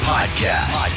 Podcast